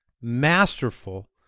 masterful